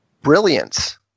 brilliance